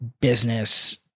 business